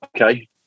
Okay